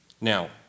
Now